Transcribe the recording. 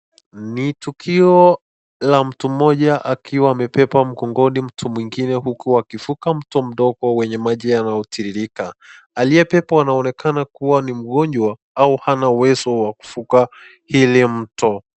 Ni tukio la mtu mmoja akiwa amebeba mtu mgongoni huku akuvuka mti mdogo wenye waji yanayo tiririka . Aliye bebwa anaonekana kuwa ni magojwa au Hana huwezo Wa kuvuka hili mto.